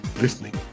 listening